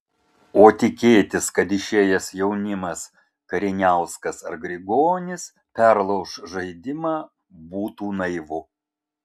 o tikėtis kad išėjęs jaunimas kariniauskas ar grigonis perlauš žaidimą būtų naivu